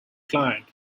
client